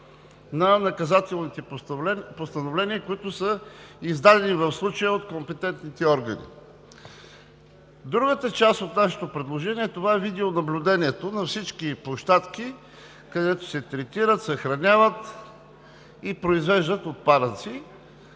на наказателните постановления, които са издадени, в случая от компетентните органи. Другата част от нашето предложение е видеонаблюдението на всички площадки, където се третират, съхраняват и произвеждат отпадъци.